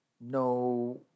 no